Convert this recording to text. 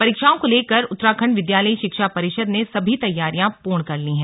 परीक्षाओं को लेकर उत्तराखण्ड विद्यालयी शिक्षा परिषद ने सभी तैयारियां पूर्ण कर ली है